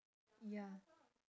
ya